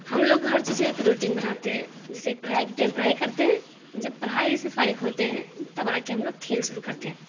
ہم لوگ ہر چیز کا ایک روٹین بناتے ہے جیسے کہ پرھائی کے ٹائم پڑھائی کرتے ہیں جب پڑھائی سے فارغ ہوتے ہیں تب آ کے ہم لوگ کھیل شروع کرتے ہیں